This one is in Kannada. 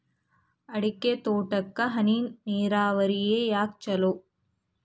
ಅಡಿಕೆ ತೋಟಕ್ಕ ಹನಿ ನೇರಾವರಿಯೇ ಯಾಕ ಛಲೋ?